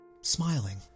smiling